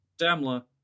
Damla